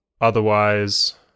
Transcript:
otherwise